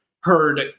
heard